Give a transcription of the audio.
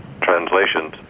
translations